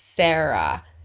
Sarah